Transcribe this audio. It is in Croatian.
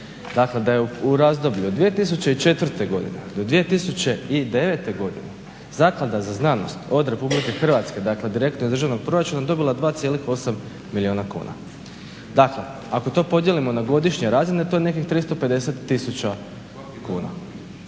dakle da je u razdoblju od 2004. godine do 2009. godine Zaklada za znanost od Republike Hrvatske, dakle direktno iz državnog proračuna dobila 2,8 milijuna kuna. Dakle, ako to podijelimo na godišnju razinu to je nekih 350 tisuća kuna.